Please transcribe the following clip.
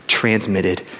transmitted